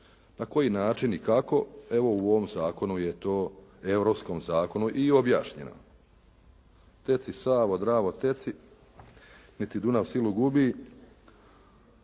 Na koji način i kako evo u ovom zakonu je to, europskom zakonu i objašnjeno. "Teci Savo, Dravo teci, nit ti Dunav silu gubi."